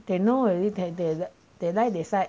they know already that they that they like that side